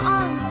on